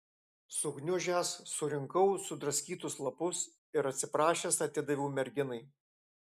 sugniužęs surinkau sudraskytus lapus ir atsiprašęs atidaviau merginai